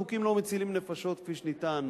חוקים לא מצילים נפשות כפי שניתן,